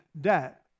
debt